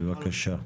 בבקשה.